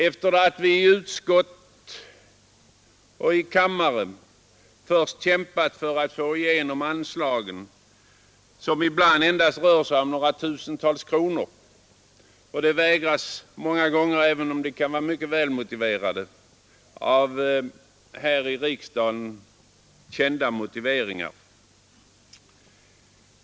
Vi har kämpat i utskott och i kammare för att få igenom anslag, som ibland rör sig om endast några tusental kronor. De vägras många gånger, även om de kan vara välmotiverade, av här i riksdagen kända skäl.